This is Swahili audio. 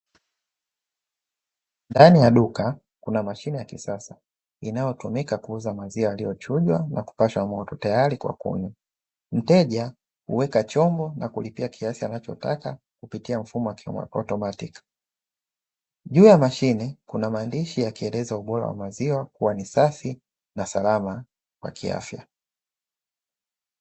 Ndani ya duka, kuna mashine ya kisasa inayotumika kuuza maziwa yaliyochujwa na kupashwa moto tayari kwa kunywa. Mteja huweka chombo na kulipia kiasi anachotaka, kupitia mfumo wa kiautomatiki. Juu ya mashine, kuna maandishi yakieleza ubora wa maziwa kuwa ni safi na salama kwa kiafya.